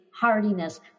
hardiness